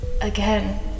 again